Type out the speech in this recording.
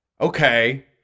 okay